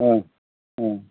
ओं ओं